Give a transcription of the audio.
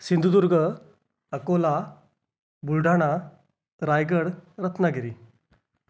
Sindhudurg Akola Buldhana Raigad Ratnagiri